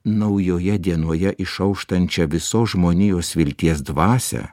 naujoje dienoje išauštančią visos žmonijos vilties dvasią